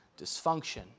Dysfunction